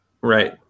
Right